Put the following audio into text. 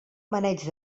maneig